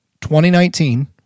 2019